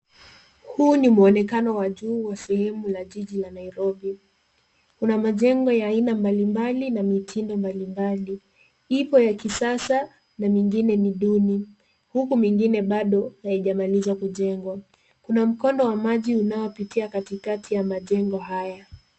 Huu ni muonekano wa juu wa sehemu la jiji la Nairobi. Kuna majengo ya aina mbalimbali na mitindo mbalimbali. Ipo ya kisasa, na mengine ni duni, huku mengine bado hayajamaliza kujengwa. Kuna mkondo wa maji unaopitia katikati ya majengo haya.